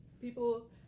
People